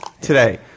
Today